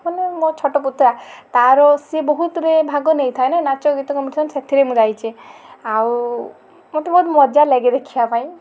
ମାନେ ମୋ ଛୋଟ ପୁତୁରା ତା'ର ସେ ବହୁତରେ ଭାଗ ନେଇଥାଏ ନା ନାଚ ଗୀତ କମ୍ପିଟିସନ୍ ସେଥିରେ ମୁଁ ଯାଇଛି ଆଉ ମୋତେ ବହୁତ ମଜା ଲାଗେ ଦେଖିବା ପାଇଁ